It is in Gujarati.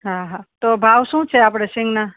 હા હા તો ભાવ શું છે આપણે સીંગના